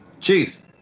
Chief